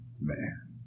Man